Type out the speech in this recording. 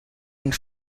and